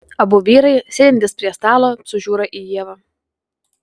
abu vyrai sėdintys prie stalo sužiūra į ievą